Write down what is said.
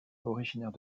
originaire